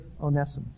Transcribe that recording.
Onesimus